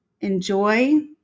enjoy